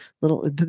little